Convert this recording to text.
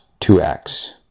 2X